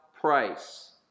price